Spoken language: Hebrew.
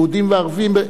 יהודים וערבים,